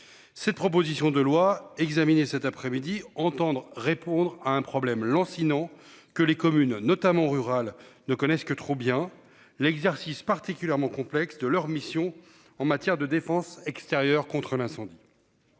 Cette proposition de loi, examiné cet après-midi entendre répondre à un problème lancinant que les communes notamment rurales ne connaissent que trop bien l'exercice particulièrement complexe de leur mission en matière de défense extérieure contre l'incendie.